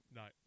no